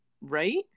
Right